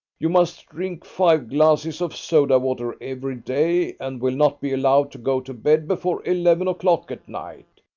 you must drink five glasses of soda-water every day and will not be allowed to go to bed before eleven o'clock at night.